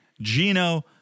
Gino